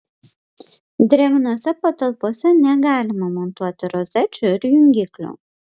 drėgnose patalpose negalima montuoti rozečių ir jungiklių